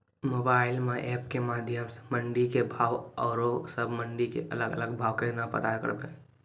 Mobile म app के माध्यम सऽ मंडी के भाव औरो सब मंडी के अलग अलग भाव केना पता करबै?